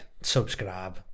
subscribe